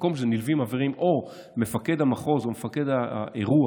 במקום שמפקד האירוע